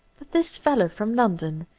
that this fellow from london,